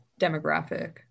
demographic